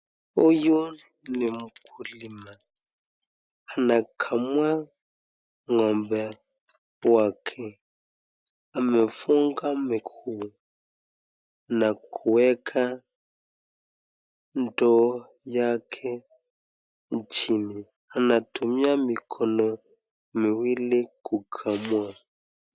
Huyu ni mkulima. Anakamua ng'ombe kwake. Amefunga miguu na kuweka ndoo yake chini. Anatumia mikono miwili kukamua.